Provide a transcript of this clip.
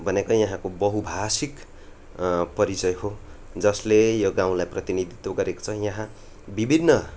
भनेको यहाँको बहुभाषिक परिचय हो जसले यो गाउँलाई प्रतिनिधित्व गरेको छ यहाँ विभिन्न